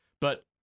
But-